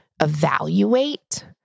evaluate